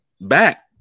back